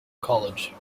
college